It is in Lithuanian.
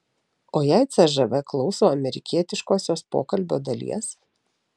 o jei cžv klauso amerikietiškosios pokalbio dalies